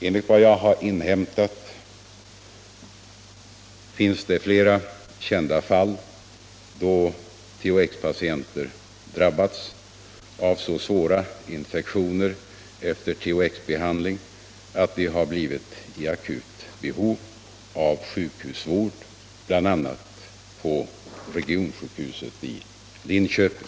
Enligt vad jag har inhämtat finns det flera kända fall då THX-patienter drabbats av så svåra infektioner efter THX-behandling att de har blivit i akut behov av sjukhusvård, bl.a. på regionsjukhuset i Linköping.